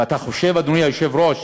ואתה חושב, אדוני היושב-ראש,